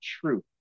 truth